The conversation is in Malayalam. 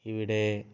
ഇവിടെ